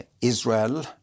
Israel